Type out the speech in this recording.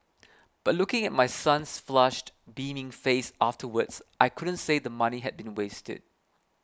but looking at my son's flushed beaming face afterwards I couldn't say the money had been wasted